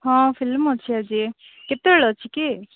ହଁ ଫିଲ୍ମ୍ ଅଛି ଆଜି କେତେବେଳେ ଅଛି କି